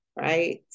right